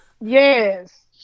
Yes